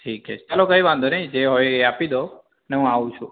ઠીક હે ચાલો કંઈ વાંધો નહીં જે હોય એ આપી દો ને હું આવું છું